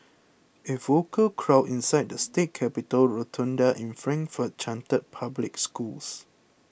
a vocal crowd inside the state capitol rotunda in Frankfort chanted public schools